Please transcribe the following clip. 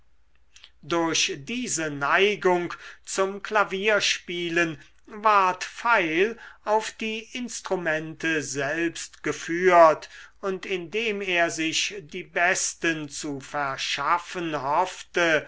durch diese neigung zum klavierspielen ward pfeil auf die instrumente selbst geführt und indem er sich die besten zu verschaffen hoffte